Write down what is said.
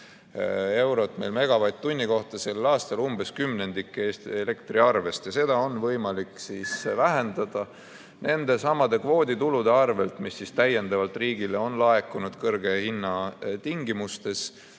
eurot MWh kohta sel aastal, umbes kümnendik Eesti elektriarvest. Ja seda on võimalik vähendada nendesamade kvooditulude arvel, mis täiendavalt riigile on laekunud kõrge hinna tingimustes.